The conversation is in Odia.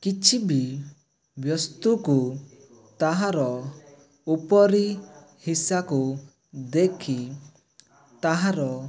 କିଛି ବି ବସ୍ତୁକୁ ତାହାର ଉପରି ହିସାକୁ ଦେଖି ତାହାର